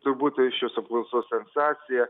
turbūt šios apklausos sensacija